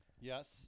Yes